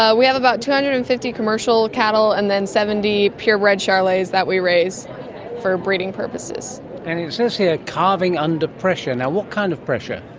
ah we have about two hundred and fifty commercial cattle and then seventy pure bred charolais that we raise for breeding purposes. and it says here calving under pressure. and what kind of pressure?